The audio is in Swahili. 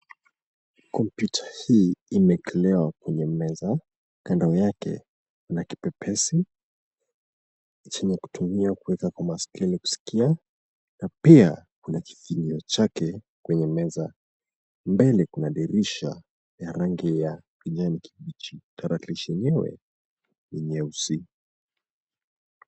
Kompyuta hii imeekelewa kwenye meza. Kando yake kuna kipepesi chenye kutumia kuweka kwa masikio ili kusikia, na pia kuna kifinyio chake kwenye meza. Mbele kuna dirisha ya rangi ya kijani kibichi. Tarakilishi yenyewe ni nyeusi.